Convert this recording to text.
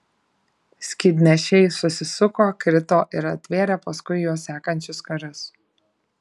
skydnešiai susisuko krito ir atvėrė paskui juos sekančius karius